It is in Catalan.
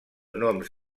noms